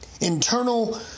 internal